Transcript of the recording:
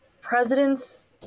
presidents